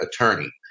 attorney